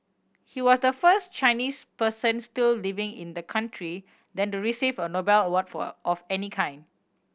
he was the first Chinese person still living in the country then to receive a Nobel award for of any kind